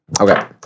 Okay